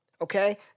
Okay